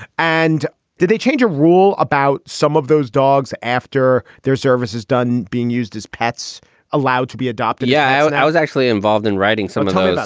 and did they change a rule about some of those dogs after their service is done being used as pets allowed to be adopted? yeah. and i was actually involved in writing sometimes.